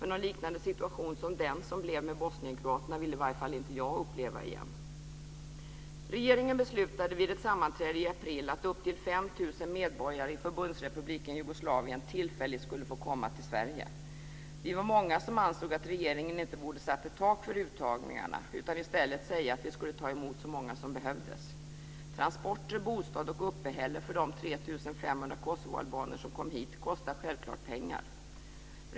För någon liknande situation som den som blev med bosnienkroaterna vill i varje fall inte jag uppleva igen. Jugoslavien tillfälligt skulle få komma till Sverige. Transporter, bostad och uppehälle för de 3 500 kosovoalbaner som kom hit kostar självklart pengar.